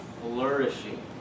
flourishing